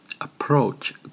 approach